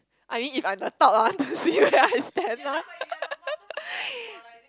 I mean if I'm the top lah I want to see where I stand lah